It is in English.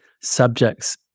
subjects